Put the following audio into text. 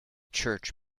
church